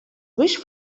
wish